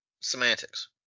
semantics